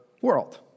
world